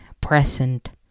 present